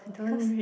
because